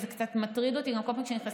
וזה גם קצת מטריד אותי שבכל פעם שנכנסים,